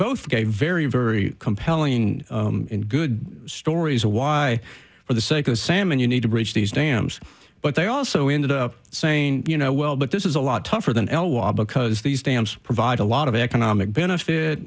gave very very compelling and good stories of why for the sake of salmon you need to bridge these dams but they also ended up saying you know well but this is a lot tougher than el wa because these dams provide a lot of economic benefit